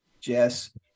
Jess